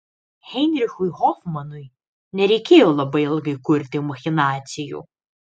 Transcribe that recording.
heinrichui hofmanui nereikėjo labai ilgai kurti machinacijų